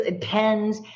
pens